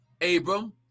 Abram